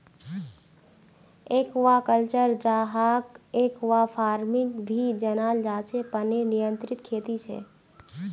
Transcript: aquaculture, जहाक aquafarming भी जनाल जा छे पनीर नियंत्रित खेती छे